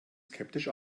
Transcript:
skeptisch